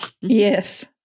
Yes